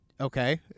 Okay